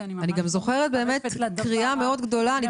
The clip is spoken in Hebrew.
גם זוכרת קריאה מאוד גדולה גם